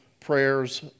prayers